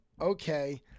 okay